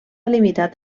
limitat